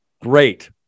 Great